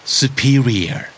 superior